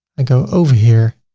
i go over here,